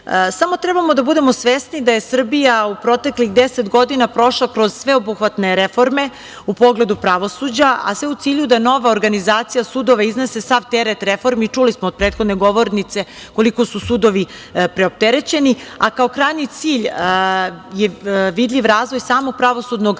treba da budemo svesni da je Srbija u proteklih 10 godina prošla kroz sveobuhvatne reforme, u pogledu pravosuđa, a sve u cilju da nova organizacija sudova iznese sav teret reformi i čuli smo od prethodne govornice koliko su sudovi preopterećeni, a kao krajnji cilj je vidljiv razlog samo pravosudnog